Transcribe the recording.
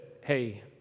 hey